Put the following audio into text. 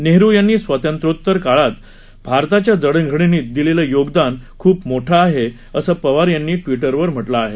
नेहरु यांनी स्वातंत्र्योत्तर भारताच्या जडणघडणीत दिलेलं योगदान खूप मोठं आहे असं पवार यांनी ट्विटरवर म्हटलं आहे